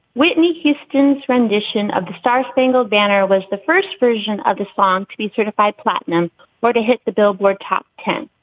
whitney houston's rendition of the star-spangled banner was the first version of the song to be certified. platinum but hit the billboard top ten,